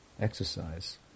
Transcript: exercise